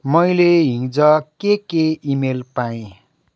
मैले हिजो के के इमेल पाएँ